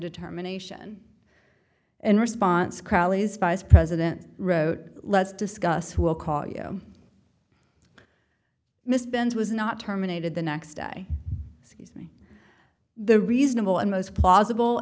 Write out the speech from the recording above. determination in response crowley's vice president wrote let's discuss will call you misspent was not terminated the next day me the reasonable and most plausible